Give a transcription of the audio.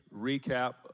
recap